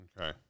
Okay